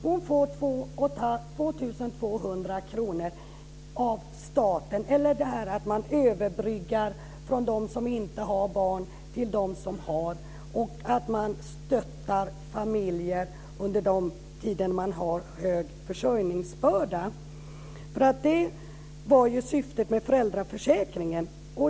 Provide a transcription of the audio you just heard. Hon får 2 200 kr av staten eller också överbryggar man från dem som inte har barn till dem som har. Man stöttar familjer under den tid man har hög försörjningsbörda. Det var ju syftet med föräldraförsäkringen.